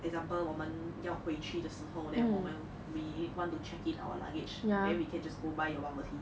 example 我们要回去的时候 then 我们 we want to check in our luggage then we can just go buy your bubble tea